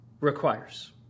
requires